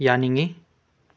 ꯌꯥꯅꯤꯡꯉꯤ